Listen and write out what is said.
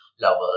lovers